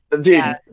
Dude